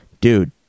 dude